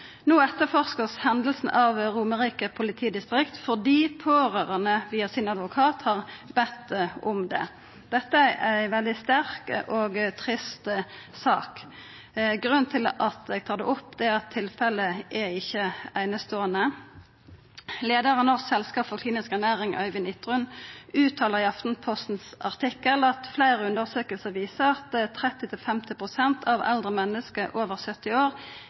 No vert hendinga etterforska av Romerike politidistrikt fordi pårørande via sin advokat har bedt om det. Dette er ei veldig sterk og trist sak. Grunnen til at eg tar det opp, er at tilfellet ikkje er eineståande. Leiaren for Norsk selskap for Klinisk Ernæring, Øivind Irtun, uttaler i Aftenpostens artikkel at fleire undersøkingar viser at 30–50 pst. av eldre menneske over 70 år